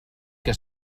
que